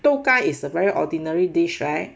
豆干 is a very ordinary dish right